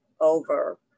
over